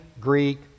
Greek